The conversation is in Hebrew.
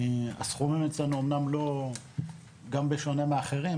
גם בשונה מאחרים,